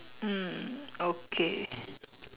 mm okay